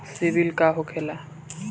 सीबील का होखेला?